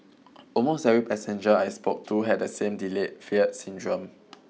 almost every passenger I spoke to had the same delayed fear syndrome